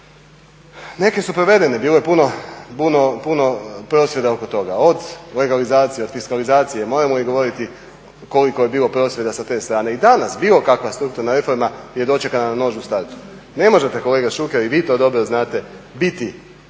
neke su provedene. Bilo je puno prosvjeda oko toga od legalizacije, od fiskalizacije, moramo li govoriti koliko je bilo prosvjeda sa te strane. I danas bilo kakva strukturna reforma je dočekana na nož u startu. Ne možete kolega Šuker i vi to dobro znate biti